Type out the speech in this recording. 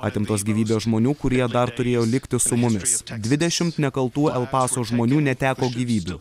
atimtos gyvybės žmonių kurie dar turėjo likti su mumis dvidešimt nekaltų el paso žmonių neteko gyvybių